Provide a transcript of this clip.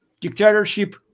dictatorship